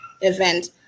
event